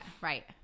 Right